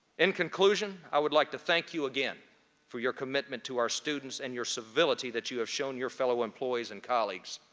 in conclusion, i would like to thank you again for your commitment to our students and your civility that you have shown your fellow employees and colleagues.